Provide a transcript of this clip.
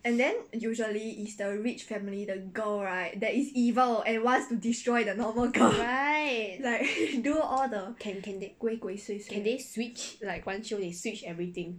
right can can can they switch like one show they switch everything